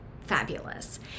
fabulous